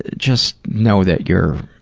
just know that you're,